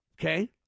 Okay